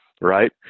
right